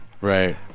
Right